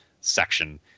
section